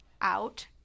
out